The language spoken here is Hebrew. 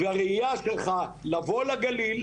והראייה שלך לבוא לגליל,